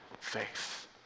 faith